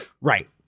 Right